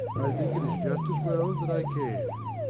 i think it is just as well that i came.